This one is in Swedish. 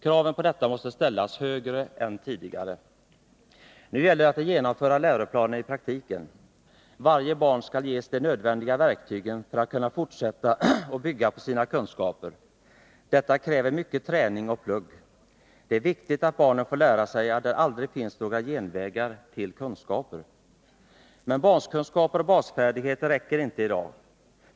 Kraven på detta måste ställas högre än tidigare. Nu gäller det att genomföra läroplanen i praktiken. Varje barn skall ges de nödvändiga verktygen för att kunna fortsätta att bygga på sina kunskaper. Detta kräver mycket träning och ”plugg”. Det är viktigt att barnen får lära sig att det aldrig finns några genvägar till kunskaper. Men baskunskaper och basfärdigheter räcker inte i dag.